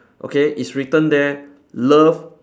okay it's written there love